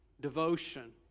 Devotion